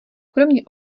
kromě